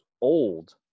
old